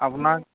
আপোনাক